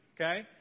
okay